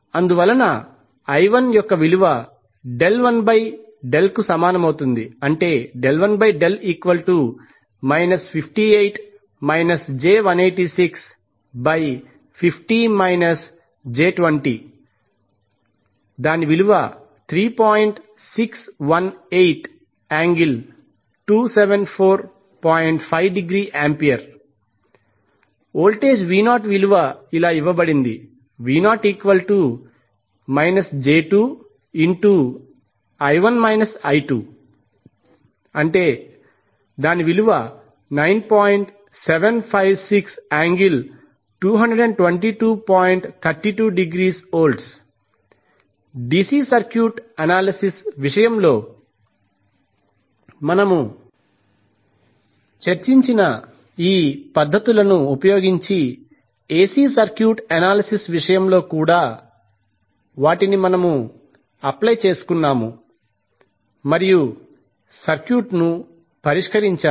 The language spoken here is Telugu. అందువలన వోల్టేజ్ విలువ ఇలా ఇవ్వబడింది డిసి సర్క్యూట్ అనాలిసిస్ విషయంలో మనము చర్చించిన ఈ పద్ధతులను ఉపయోగించి ఎసి సర్క్యూట్ అనాలిసిస్ విషయంలో కూడా వాటిని మనము అప్లై చేసుకున్నాము మరియు సర్క్యూట్ను పరిష్కరించాము